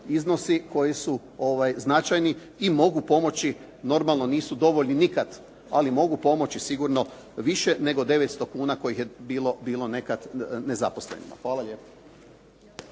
iznosi koji su značajni i mogu pomoći, normalno nisu dovoljni nikada, ali mogu pomoći sigurno više nego 900 kuna kojih je bilo nekada nezaposlenima. Hvala lijepo.